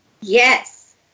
Yes